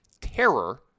terror